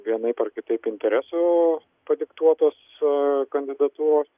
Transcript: vienaip ar kitaip interesų padiktuotos kandidatūros